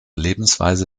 lebensweise